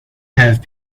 have